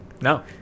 No